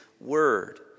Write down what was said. word